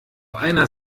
einer